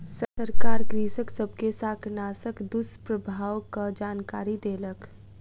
सरकार कृषक सब के शाकनाशक दुष्प्रभावक जानकरी देलक